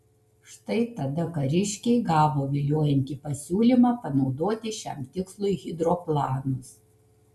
štai tada kariškiai gavo viliojantį pasiūlymą panaudoti šiam tikslui hidroplanus